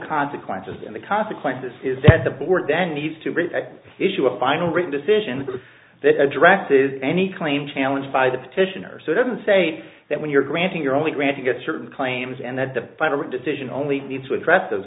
consequences and the consequences is that the board then needs to issue a final written decision that addresses any claim challenge by the petitioner so they can say that when you're granting you're only granting that certain claims and that the final decision only needs to address those